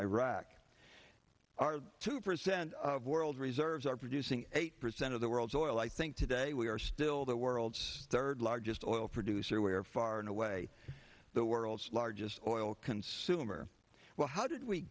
iraq are two percent of world reserves are producing eight percent of the world's oil i think today we are still the world's third largest oil producer we are far and away the world's largest oil consumer well how did we